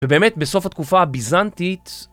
ובאמת, בסוף התקופה הביזנטית...